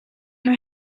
know